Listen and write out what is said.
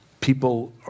people